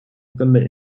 根本